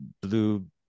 blue